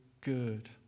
good